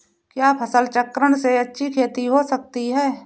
क्या फसल चक्रण से अच्छी खेती हो सकती है?